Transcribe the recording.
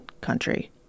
country